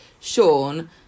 Sean